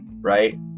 right